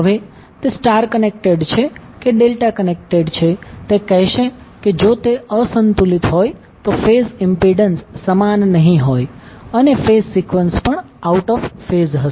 હવે તે star connected છે કે ડેલ્ટા કનેક્ટેડ છે તે કહેશે કે જો તે અસંતુલિત હોય તો ફેઝ ઇમ્પિડન્સ સમાન નહીં હોય અને ફેઝ સિકવન્સ પણ આઉટ ઓફ ફેઝ હશે